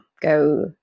go